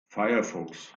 firefox